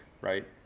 right